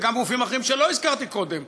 וגם גופים אחרים שלא הזכרתי קודם,